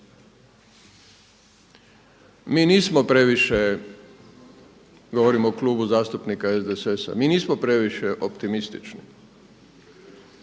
Mi nismo previše, govorim o Klubu zastupnika SDSS-a, mi nismo previše optimistični,